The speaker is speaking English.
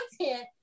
content